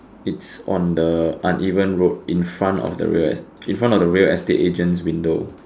it's on the uneven road in front of the real in front of the real estate agents window